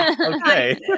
Okay